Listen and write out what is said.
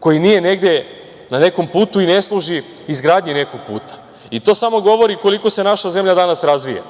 koji nije negde na nekom putu i ne služi izgradnji nekog puta i to samo govori koliko se naša zemlja danas razvija.